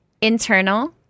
internal